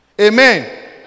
Amen